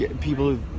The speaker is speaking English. people